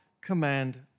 command